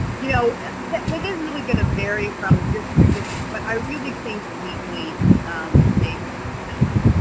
you know, that and that is really going to vary from district to district, but i really think weekly makes sense.